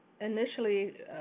Initially